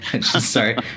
Sorry